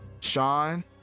Sean